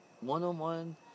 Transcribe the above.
One-on-one